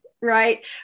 right